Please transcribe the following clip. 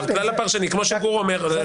כמו שגור אומר,